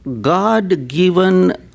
God-given